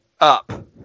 up